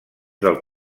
del